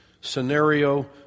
Scenario